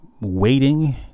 waiting